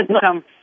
come